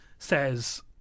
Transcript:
Says